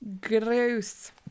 Gross